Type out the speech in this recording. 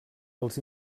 els